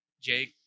Jake